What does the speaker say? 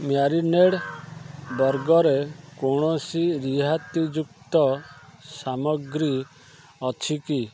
marinade ବର୍ଗରେ କୌଣସି ରିହାତିଯୁକ୍ତ ସାମଗ୍ରୀ ଅଛି କି